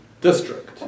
district